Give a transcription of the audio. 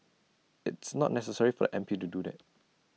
it's not necessary for the M P to do that